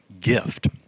gift